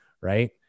right